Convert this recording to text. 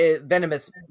venomous